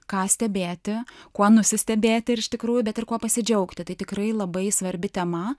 ką stebėti kuo nusistebėti iš tikrųjų bet ir kuo pasidžiaugti tai tikrai labai svarbi tema